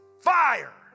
fire